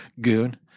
Goon